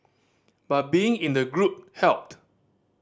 but being in a group helped